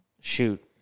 shoot